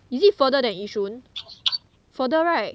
is it further than yishun further right